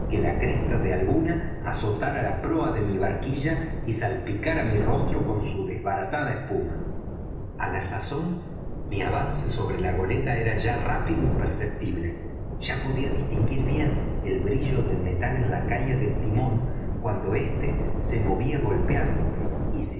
la cresta de alguna azotara la proa de mi barquilla y salpicara mi rostro con su desbaratada espuma á la sazón mi avance sobre la goleta era ya rápido y perceptible ya podía distinguir bien el brillo del metal en la caña del timón cuando éste se movía golpeando y sin